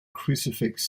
crucifix